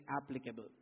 applicable